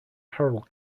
harold